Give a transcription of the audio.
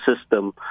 system